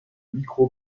micro